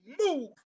move